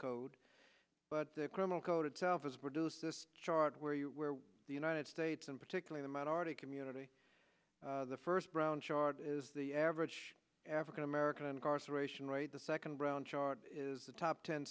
code but the criminal code itself has produced this chart where you where the united states and particularly the minority community the first round chart is the average african american incarceration rate the second round chart is the top ten